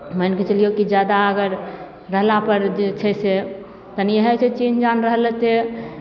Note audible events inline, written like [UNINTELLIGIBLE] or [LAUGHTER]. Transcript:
मानि कऽ चलियौ कि जादा अगर गला पर जे छै से [UNINTELLIGIBLE]